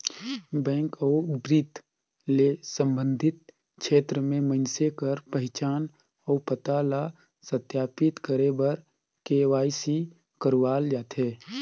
bank अउ बित्त ले संबंधित छेत्र में मइनसे कर पहिचान अउ पता ल सत्यापित करे बर के.वाई.सी करवाल जाथे